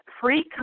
free